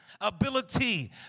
ability